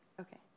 Okay